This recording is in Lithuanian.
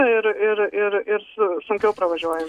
ir ir ir ir su sunkiau pravažiuoja